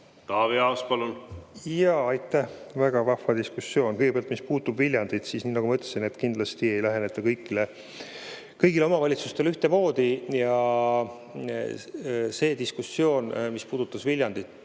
Taavi Aas, palun! Jaa, aitäh! Väga vahva diskussioon. Kõigepealt, mis puudutab Viljandit, siis, nagu ma ütlesin, kindlasti ei läheneta kõigile omavalitsustele ühtemoodi. See diskussioon, mis puudutas Viljandit,